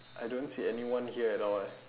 I don't see anyone here at all eh